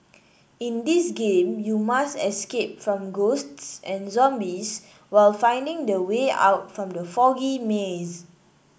in this game you must escape from ghosts and zombies while finding the way out from the foggy maze